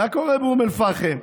מה קורה באום אל-פחם?